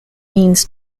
means